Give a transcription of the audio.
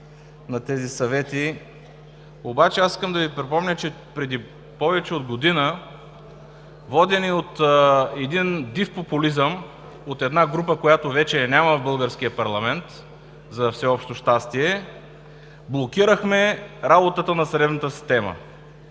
на тези съвети, обаче аз искам да Ви припомня, че преди повече от година, водени от един див популизъм, от една група, която вече я няма в българския парламент за всеобщо щастие, блокирахме работата на съдебната система.